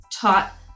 taught